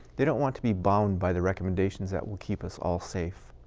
they don't want to be bound by the recommendations that will keep us all safe.